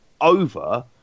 over